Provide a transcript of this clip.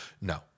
No